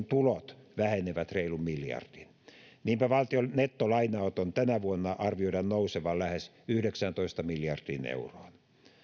tulot vähenevät reilun miljardin niinpä valtion nettolainanoton tänä vuonna arvioidaan nousevan lähes yhdeksääntoista miljardiin euroon